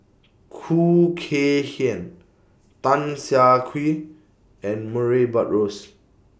Khoo Kay Hian Tan Siah Kwee and Murray Buttrose